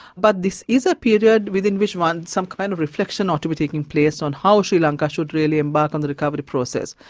but this is a period within which some kind of reflection ought to be taking place on how sri lanka should really embark on the recovery process.